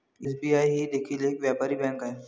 SBI ही देखील एक व्यापारी बँक आहे